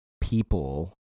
people